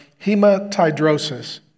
hematidrosis